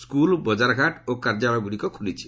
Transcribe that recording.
school ବଜାରଘାଟ ଓ କାର୍ଯ୍ୟାଳୟଗୁଡ଼ିକ ଖୋଲିଛି